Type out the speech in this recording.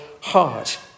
heart